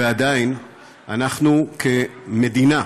ועדיין, אנחנו כמדינה,